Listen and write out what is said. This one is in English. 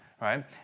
right